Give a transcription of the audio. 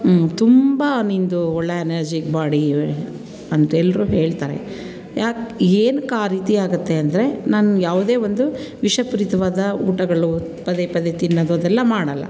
ತುಂಬ ನಿನ್ನದು ಒಳ್ಳೆಯ ಎನರ್ಜಿಕ್ ಬಾಡಿ ಇದೆ ಅಂತ ಎಲ್ಲರೂ ಹೇಳ್ತಾರೆ ಯಾಕೆ ಏನಕ್ಕೆ ಆ ರೀತಿ ಆಗುತ್ತೆ ಅಂದರೆ ನಾನು ಯಾವುದೇ ಒಂದು ವಿಷಪೂರಿತವಾದ ಊಟಗಳು ಪದೇ ಪದೇ ತಿನ್ನೋದು ಅದೆಲ್ಲ ಮಾಡೋಲ್ಲ